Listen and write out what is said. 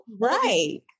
Right